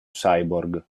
cyborg